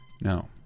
No